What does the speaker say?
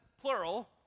plural